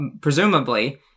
presumably